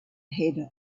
head